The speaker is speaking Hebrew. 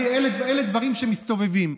אלה דברים שמסתובבים.